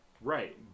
Right